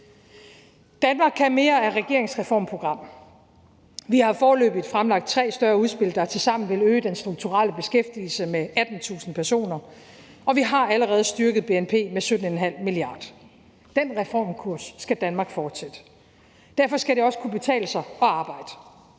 »Danmark kan mere« er regeringens reformprogram. Vi har foreløbig fremlagt tre større udspil, der tilsammen vil øge den strukturelle beskæftigelse med 18.000 personer, og vi har allerede styrket bnp med 17,5 mia. kr. Den reformkurs skal Danmark fortsætte. Derfor skal det også kunne betale sig at arbejde.